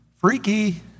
freaky